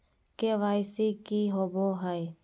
KYC की हॉबे हय?